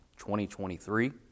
2023